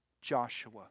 Joshua